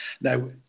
Now